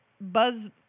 buzz